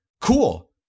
Cool